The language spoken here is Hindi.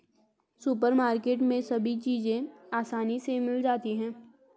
सुपरमार्केट में सभी चीज़ें आसानी से मिल जाती है